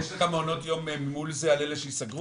יש לך מעונות יום מול זה על אלה שיסגרו?